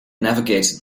navigated